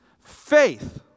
faith